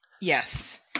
Yes